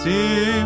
See